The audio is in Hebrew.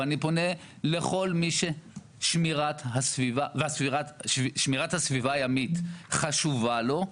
ואני פונה לכל מי ששמירת הסביבה הימית חשובה לו,